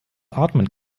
atmen